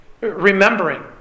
Remembering